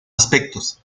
aspectos